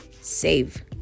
save